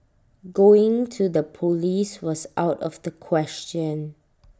going to the Police was out of the question